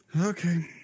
Okay